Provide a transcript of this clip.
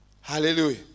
Hallelujah